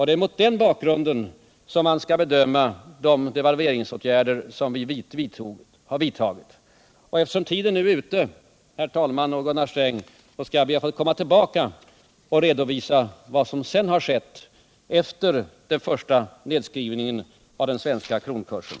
Det är mot den bakgrunden man skall bedöma de devalveringsåtgärder som vi har vidtagit. Eftersom tiden nu är ute, herr talman och Gunnar Sträng, skall jag be att få komma tillbaka och redovisa vad som skett efter den första nedskrivningen av den svenska kronkursen.